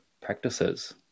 practices